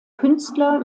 künstler